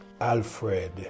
Alfred